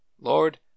Lord